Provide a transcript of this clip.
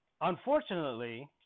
unfortunately